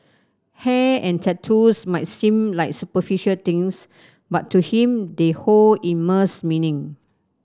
hair and tattoos might seem like superficial things but to him they hold immense meaning